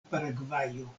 paragvajo